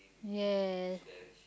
yeah